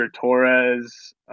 Torres